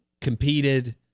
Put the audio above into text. competed